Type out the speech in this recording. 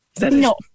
No